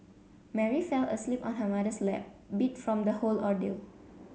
Mary fell asleep on her mother's lap beat from the whole ordeal